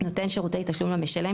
- נותן שירותי תשלום למשלם,